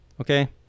Okay